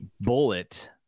Bullet